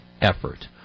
effort